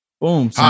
Boom